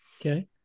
Okay